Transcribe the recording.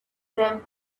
them